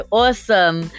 awesome